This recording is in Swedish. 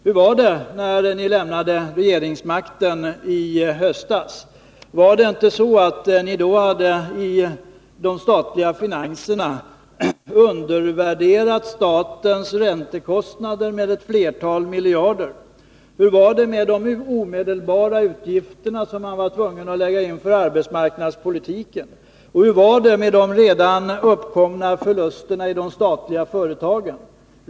Hur var det när ni lämnade regeringsmakten i höstas? Var det inte så att ni då, när det gäller de statliga finanserna, hade undervärderat statens räntekostnader med ett flertal miljarder? Hur var det med de omedelbara utgifterna, som man var tvungen att använda för arbetsmarknadspolitiken? Och hur var det med de redan uppkomna förlusterna i de statliga företagen?